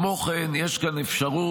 כמו כן, יש כאן אפשרות,